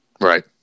Right